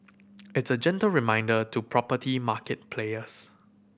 it's a gentle reminder to property market players